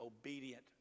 obedient